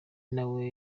nawe